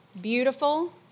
beautiful